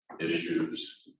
issues